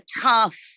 tough